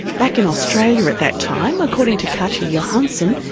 back in australia at that time, according to katya johanson,